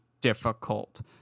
difficult